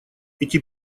эти